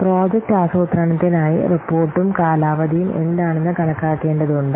project ആസൂത്രണത്തിനായി റിപ്പോർട്ടും കാലാവധിയും എന്താണെന്ന് കണക്കാക്കേണ്ടതുണ്ട്